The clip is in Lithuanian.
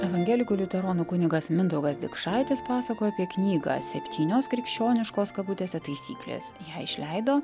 evangelikų liuteronų kunigas mindaugas dikšaitis pasakojo apie knygą septynios krikščioniškos kabutėse taisyklės ją išleido